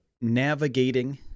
navigating